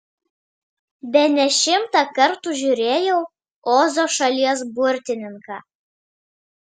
bene šimtą kartų žiūrėjau ozo šalies burtininką